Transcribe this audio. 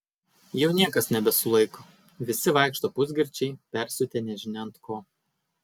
jau niekas nebesulaiko visi vaikšto pusgirčiai persiutę nežinia ant ko